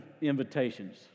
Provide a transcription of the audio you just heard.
invitations